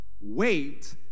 Wait